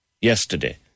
yesterday